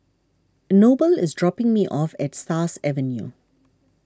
Noble is dropping me off at Stars Avenue